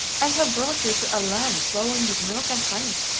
i have brought you to a land flowing with milk and honey.